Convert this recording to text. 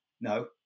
No